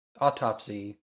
autopsy